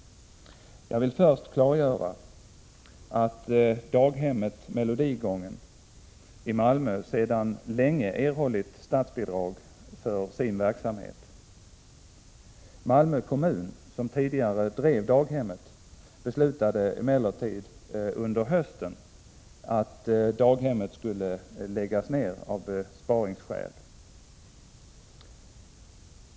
Jag vill först klargöra att daghemmet Melodigången i Malmö sedan länge erhållit statsbidrag för sin verksamhet. Malmö kommun, som tidigare drev daghemmet, beslutade emellertid under hösten att daghemmet skulle läggas ned av besparingsskäl.